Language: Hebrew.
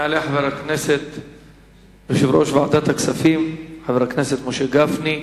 יעלה יושב-ראש ועדת הכספים, חבר הכנסת משה גפני,